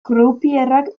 croupierrak